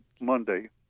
monday